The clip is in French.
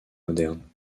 moderne